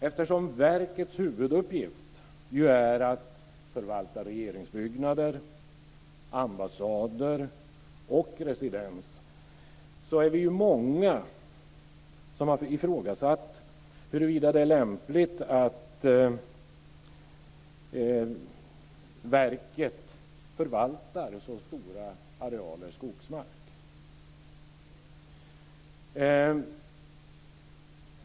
Eftersom verkets huvuduppgift ju är att förvalta regeringsbyggnader, ambassader och residens är vi många som har ifrågasatt huruvida det är lämpligt att verket förvaltar så stora arealer skogsmark.